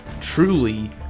truly